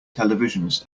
televisions